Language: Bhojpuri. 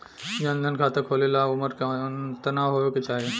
जन धन खाता खोले ला उमर केतना होए के चाही?